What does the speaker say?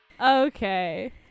Okay